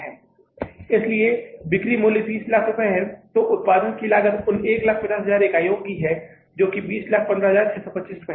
इसलिए बिक्री मूल्य तीस लाख है तो उत्पादन की लागत उन 150000 इकाइयों की है जो 2015625 है